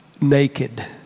Naked